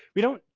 we don't,